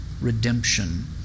redemption